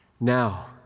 Now